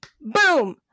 boom